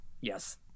Yes